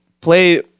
play